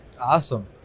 Awesome